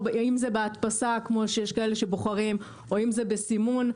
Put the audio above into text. או אם זה בהדפסה כפי שיש כאלה שבוחרים או אם זה בסימון,